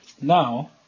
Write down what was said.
now